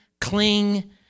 cling